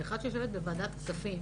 כאחת שיושבת בוועדת כספים